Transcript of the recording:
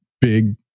big